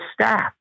staff